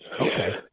Okay